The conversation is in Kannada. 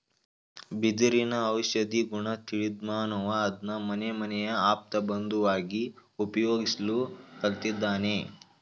ಬಿದಿರಿನ ಔಷಧೀಗುಣ ತಿಳಿದ್ಮಾನವ ಅದ್ನ ಮನೆಮನೆಯ ಆಪ್ತಬಂಧುವಾಗಿ ಉಪಯೋಗಿಸ್ಲು ಕಲ್ತಿದ್ದಾನೆ